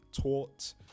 taught